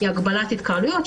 היא הגבלת התקהלויות.